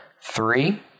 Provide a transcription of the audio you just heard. Three